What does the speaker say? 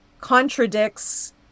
contradicts